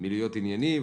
מלהיות ענייני.